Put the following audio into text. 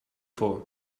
for